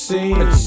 Seen